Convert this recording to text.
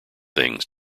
things